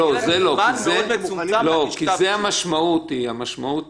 כל עוד הוא עדיין בתוך המסגרת